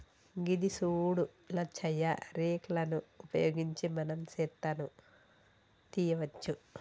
గిది సూడు లచ్చయ్య రేక్ లను ఉపయోగించి మనం సెత్తను తీయవచ్చు